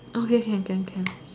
okay okay okay can can